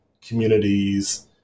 communities